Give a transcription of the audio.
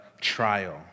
trial